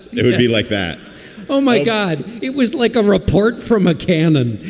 it would be like that oh, my god. it was like a report from a cannon.